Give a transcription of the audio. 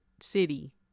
city